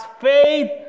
faith